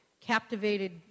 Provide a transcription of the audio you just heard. captivated